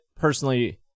personally